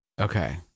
Okay